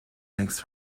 makes